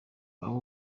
abo